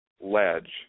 ledge